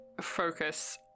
focus